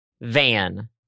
van